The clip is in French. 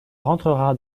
rentrera